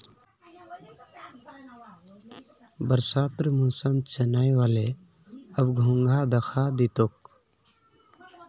बरसातेर मौसम चनइ व ले, अब घोंघा दखा दी तोक